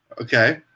Okay